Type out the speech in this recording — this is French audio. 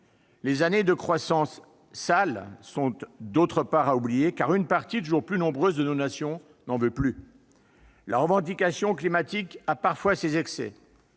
les années de « croissance sale » sont à oublier parce qu'une partie toujours plus nombreuse de nos nations n'en veut plus. La revendication climatique a parfois ses excès,